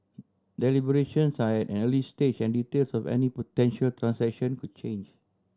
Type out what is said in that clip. deliberations are at an early stage and details of any potential transaction could change